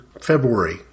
February